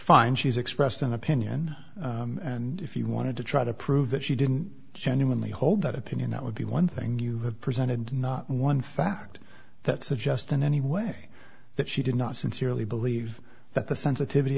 finds she's expressed an opinion and if you wanted to try to prove that she didn't genuinely hold that opinion that would be one thing you have presented not one fact that suggest in any way that she did not sincerely believe that the sensitivity